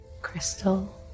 Crystal